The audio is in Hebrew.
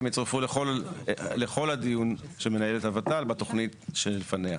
הם יצורפו לכל הדיונים שמנהלת הות"ל בתוכנית שלפניה.